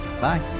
Bye